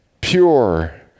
pure